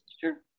sure